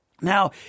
Now